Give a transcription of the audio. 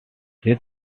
this